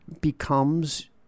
becomes